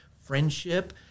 friendship